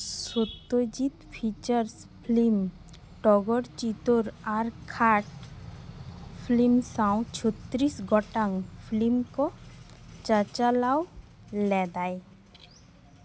Satyajit feature film ᱰᱚᱜᱚᱨ ᱪᱤᱛᱟᱹᱨ ᱟᱨ ᱠᱷᱟᱴᱚ ᱯᱷᱤᱞᱢ ᱥᱟᱶ ᱪᱷᱚᱛᱨᱤᱥ ᱜᱚᱴᱟᱝ ᱯᱷᱤᱞᱢ ᱠᱚ ᱪᱟᱪᱟᱞᱟᱣ ᱞᱮᱫᱟᱭ